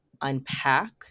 unpack